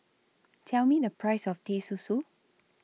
Tell Me The Price of Teh Susu